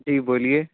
जी बोलिए